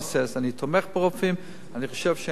אני תומך ברופאים, ואני חושב שהם צודקים.